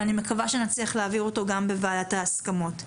ואני מקווה שנצליח להעביר את זה גם בוועדת ההסכמות.